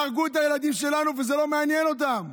יהרגו את הילדים שלנו וזה לא מעניין אותם,